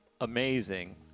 amazing